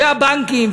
והבנקים,